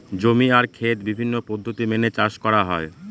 জমি আর খেত বিভিন্ন পদ্ধতি মেনে চাষ করা হয়